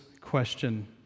question